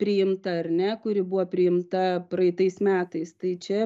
priimta ar ne kuri buvo priimta praeitais metais tai čia